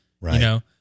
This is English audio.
Right